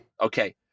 Okay